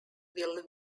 will